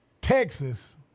Texas